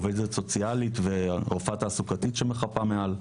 יש שם עובדת סוציאלית ורופאה תעסוקתית שמחפה מעל,